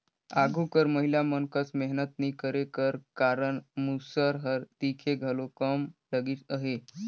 आघु कर महिला मन कस मेहनत नी करे कर कारन मूसर हर दिखे घलो कम लगिस अहे